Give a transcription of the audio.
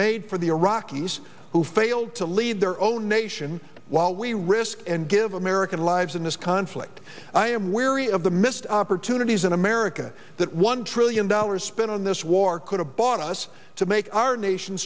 made for the iraqis who failed to lead their own nation while we risked and give american lives in this conflict i am weary of the missed opportunities in america that one trillion dollars spent on this war could have bought us to make our nation